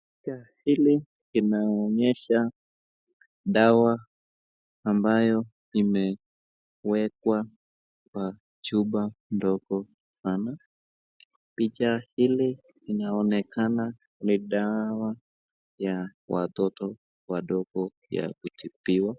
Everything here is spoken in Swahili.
Picha hii inaonyesha dawa ambayo imewekwa kwa chupa ndogo sana. Picha hili inaonekana ni dawa ya watoto wadogo ya kutibiwa.